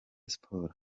sports